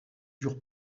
dur